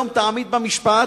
היום תעמיד במשפט,